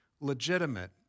legitimate